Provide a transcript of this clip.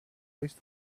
place